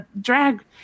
drag